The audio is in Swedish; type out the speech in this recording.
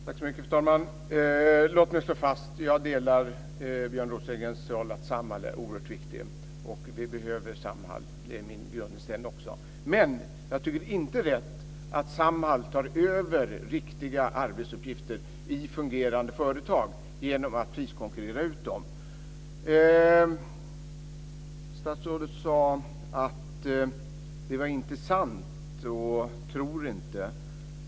Fru talman! Låt mig slå fast att jag delar Björn Rosengrens uppfattning att Samhall är oerhört viktig. Vi behöver Samhall, det är min grundinställning också. Men jag tycker inte att det är rätt att Samhall tar över riktiga arbetsuppgifter i fungerande företag genom att priskonkurrera ut dem. Statsrådet sade "är inte sant" och "tror inte".